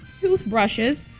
toothbrushes